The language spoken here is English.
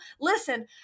listen